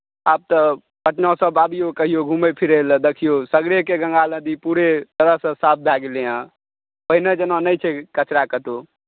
आब तऽ अपनोसभ अबियौ कहिओ घुमै फिरैलए देखियौ सगरे कऽ गङ्गा नदी पूरे तरहसँ साफ भए गेलै हेँ पहिने जेना नहि छै कचरा कतहु